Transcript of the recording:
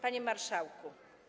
Panie Marszałku!